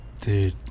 Dude